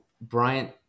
Bryant